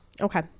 Okay